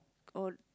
oh